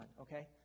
okay